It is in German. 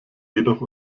jedoch